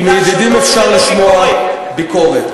כי מידידים אפשר לשמוע ביקורת.